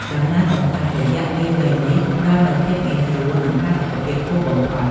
ដំណើរកម្សាន្តរយៈពេលវែងនេះ ផ្តល់នូវភាពងាយស្រួល និងផាសុកភាពខ្ពស់បំផុត។